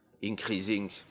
increasing